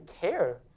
care